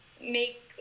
make